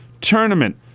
Tournament